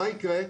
מה יקרה?